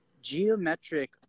geometric